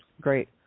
Great